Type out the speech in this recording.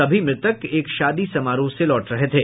सभी मृतक एक शादी समारोह से लौट रहे थे